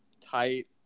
tight